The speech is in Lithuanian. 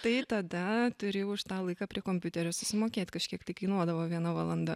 tai ir tada turi už tą laiką prie kompiuterio susimokėt kažkiek tai kainuodavo viena valanda